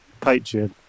patreon